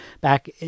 Back